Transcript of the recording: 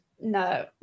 no